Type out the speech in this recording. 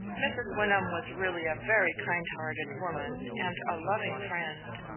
mrs. wyndham was really a very kind-hearted woman and a loving friend.